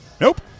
Nope